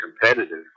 competitive